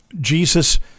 Jesus